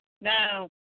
Now